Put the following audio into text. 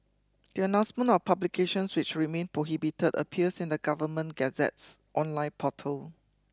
the announcement of publications which remain prohibited appears in the Government Gazette's online portal